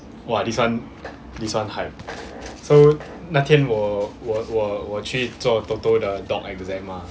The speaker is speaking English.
!wah! this one this one hype so 那天我我我我去做 toto 的 dog exam mah